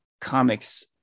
comics